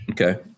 Okay